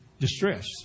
Distress